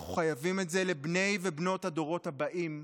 אנחנו חייבים את זה לבני ובנות הדורות הבאים.